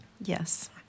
Yes